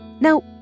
Now